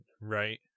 right